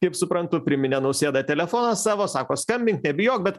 kaip suprantu priminė nausėda telefoną savo sako skambink nebijok bet